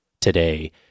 today